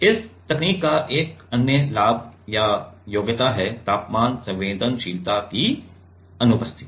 इस तकनीक का एक अन्य लाभ या योग्यता है तापमान संवेदनशीलता की अनुपस्थिति